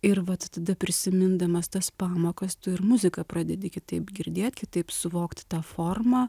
ir vat tada prisimindamas tas pamokas tu ir muziką pradedi kitaip girdėt kitaip suvokt tą formą